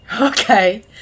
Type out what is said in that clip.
Okay